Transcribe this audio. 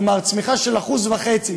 כלומר צמיחה של 1.5%,